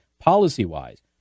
policy-wise